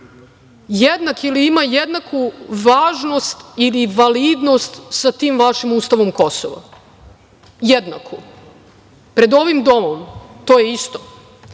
jednak ili ima jednaku važnost ili validnost sa tim vašim ustavom Kosova. Jednaku. Pred ovim domom to je isto. Tako